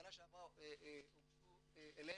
בשנה שעברה הוגשו אלינו,